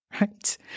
right